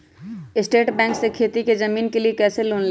State bank से खेती की जमीन के लिए कैसे लोन ले?